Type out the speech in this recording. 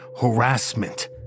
harassment